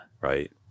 Right